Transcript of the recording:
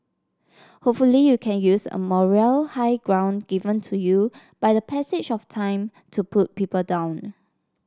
hopefully you can use a moral high ground given to you by the passage of time to put people down